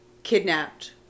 Kidnapped